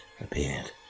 appeared